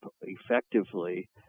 effectively